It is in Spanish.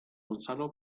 gonzalo